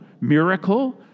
miracle